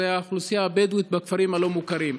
זו האוכלוסייה הבדואית בכפרים הלא-מוכרים.